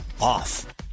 off